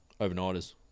overnighters